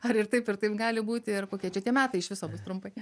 ar ir taip ir taip gali būti ir kokie čia tie metai iš viso trumpai